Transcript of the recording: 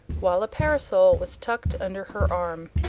while a parasol was tucked under her arm.